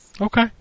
Okay